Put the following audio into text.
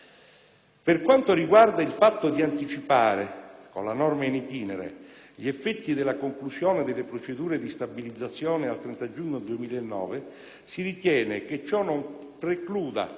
Per quanto riguarda il fatto di anticipare, con la norma *in itinere*, gli effetti della conclusione delle procedure di stabilizzazione al 30 giugno 2009, si ritiene che ciò non precluda,